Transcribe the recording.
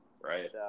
Right